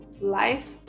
life